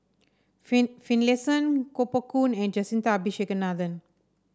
Finlayson Koh Poh Koon and Jacintha Abisheganaden